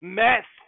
mess